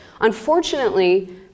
Unfortunately